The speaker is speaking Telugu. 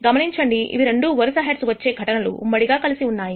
గమనించండి ఇవి రెండూ వరుస హెడ్స్ వచ్చే ఘటనలును ఉమ్మడిగా కలిగివున్నాయి